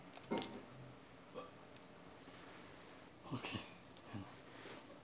okay